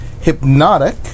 hypnotic